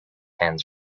hands